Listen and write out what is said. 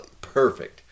perfect